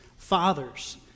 Fathers